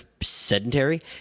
sedentary